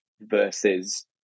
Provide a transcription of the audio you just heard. versus